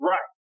Right